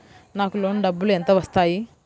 నాకు లోన్ డబ్బులు ఎంత వస్తాయి?